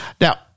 Now